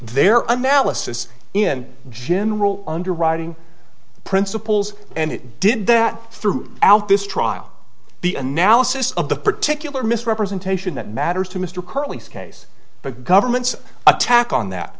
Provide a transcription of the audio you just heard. their analysis in general underwriting principles and it did that through out this trial the analysis of the particular misrepresentation that matters to mr curly's case the government's attack on that